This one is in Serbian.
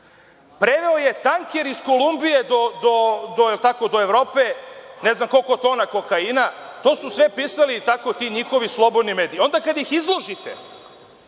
preveo je tanker iz Kolumbije do Evrope, ne znam koliko tona kokaina. To su sve pisali tako ti njihovi slobodni mediji. Onda kad ih izložite,